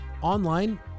Online